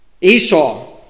Esau